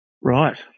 Right